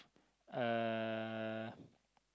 uh